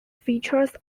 features